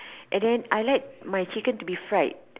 and then I like my chicken to be fried